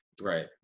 Right